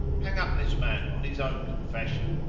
hang up this man on his own confession.